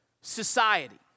society